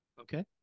Okay